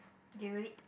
get ready